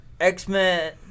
X-Men